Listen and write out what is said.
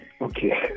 Okay